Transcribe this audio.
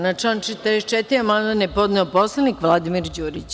Na član 44. amandman je podneo poslanik Vladimir Đurić.